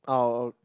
oh